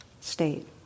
state